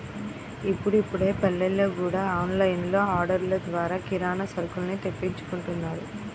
ఇప్పుడిప్పుడే పల్లెల్లో గూడా ఆన్ లైన్ ఆర్డర్లు ద్వారా కిరానా సరుకుల్ని తెప్పించుకుంటున్నారు